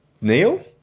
Neil